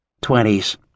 Twenties